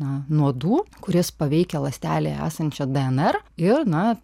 na nuodų kuris paveikia ląstelėje esančią dnr ir na